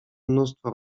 mnóstwo